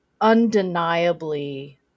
undeniably